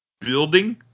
building